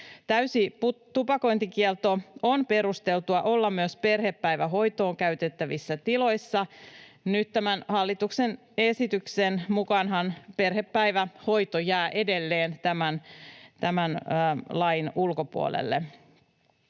Täysi tupakointikielto on perusteltua olla myös perhepäivähoitoon käytettävissä tiloissa. Nyt tämän hallituksen esityksen mukaanhan perhepäivähoito jää edelleen tämän lain ulkopuolelle.